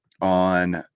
on